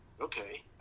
okay